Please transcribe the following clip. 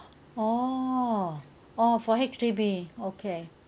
oh oh for H_D_B okay